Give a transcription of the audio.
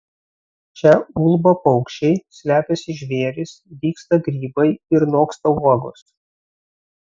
čia ulba paukščiai slepiasi žvėrys dygsta grybai ir noksta uogos